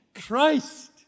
Christ